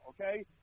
okay